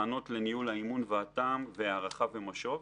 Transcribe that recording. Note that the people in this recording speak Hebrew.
הכנות לניהול האימון והתע"מ והערכה ומשוב.